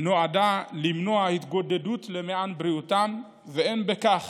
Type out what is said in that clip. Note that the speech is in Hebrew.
נועדה למנוע ההתגודדות, למען בריאותם, ואין בכך